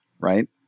right